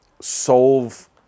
solve